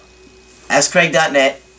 AskCraig.net